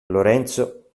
lorenzo